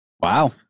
Wow